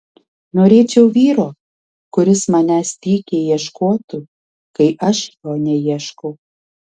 norėčiau vyro kuris manęs tykiai ieškotų kai aš jo neieškau